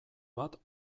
bat